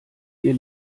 ihr